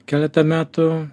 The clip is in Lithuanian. keletą metų